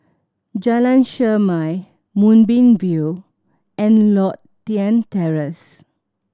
Jalan Chermai Moonbeam View and Lothian Terrace